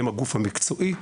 הוא הגוף המקצועי,